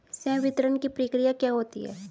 संवितरण की प्रक्रिया क्या होती है?